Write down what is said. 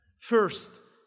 First